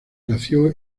nació